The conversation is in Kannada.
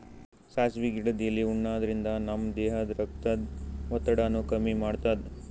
ಸಾಸ್ವಿ ಗಿಡದ್ ಎಲಿ ಉಣಾದ್ರಿನ್ದ ನಮ್ ದೇಹದ್ದ್ ರಕ್ತದ್ ಒತ್ತಡಾನು ಕಮ್ಮಿ ಮಾಡ್ತದ್